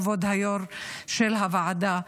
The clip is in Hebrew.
כבוד היו"ר של הוועדה,